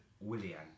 William